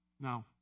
Now